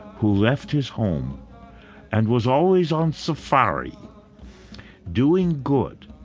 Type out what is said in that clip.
who left his home and was always on safari doing good,